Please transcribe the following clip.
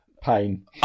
Pain